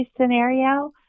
scenario